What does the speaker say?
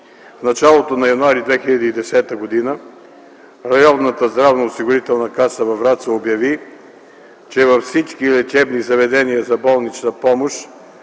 в началото на м. януари 2010 г. Районната здравноосигурителна каса във Враца обяви, че във всички лечебни заведения за болнична помощ